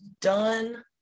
done